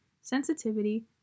sensitivity